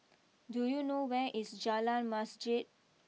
do you know where is Jalan Masjid